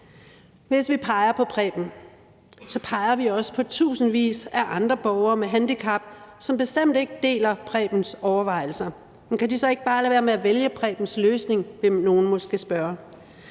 Hvis vi peger på Preben, peger vi også på tusindvis af andre borgere med handicap, som bestemt ikke deler Prebens overvejelser. Kan de så ikke bare lade være med at vælge Prebens løsning? vil nogle måske spørge.